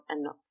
enough